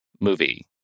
movie